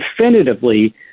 definitively